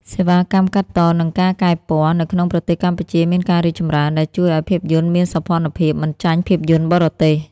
សេវាកម្មកាត់ត និងការកែពណ៌ នៅក្នុងប្រទេសកម្ពុជាមានការរីកចម្រើន ដែលជួយឱ្យភាពយន្តមានសោភ័ណភាពមិនចាញ់ភាពយន្តបរទេស។